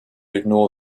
ignore